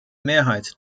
mehrheit